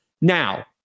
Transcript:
Now